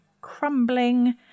crumbling